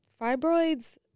Fibroids